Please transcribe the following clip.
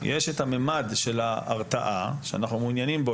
יש את המימד של ההרתעה שאנחנו מעוניינים בו,